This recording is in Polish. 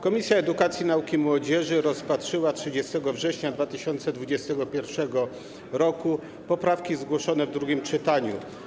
Komisja Edukacji, Nauki i Młodzieży rozpatrzyła 30 września 2021 r. poprawki zgłoszone w drugim czytaniu.